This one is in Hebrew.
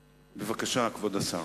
בבקשה, כבוד השר.